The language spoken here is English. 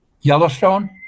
Yellowstone